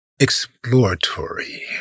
Exploratory